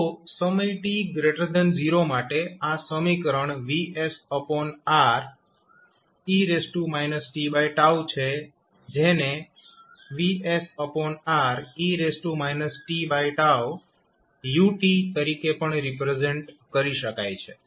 તો સમય t 0 માટે આ સમીકરણ VsRe t છે જેને VsRe tu તરીકે પણ રિપ્રેઝેન્ટ કરી શકાય છે